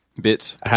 bits